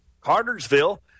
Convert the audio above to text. Cartersville